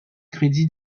crédits